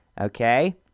Okay